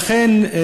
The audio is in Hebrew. לכן,